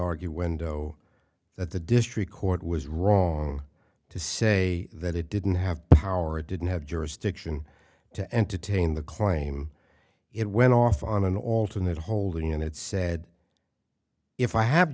argue window that the district court was wrong to say that it didn't have the power it didn't have jurisdiction to entertain the claim it went off on an alternate holding and it said if i have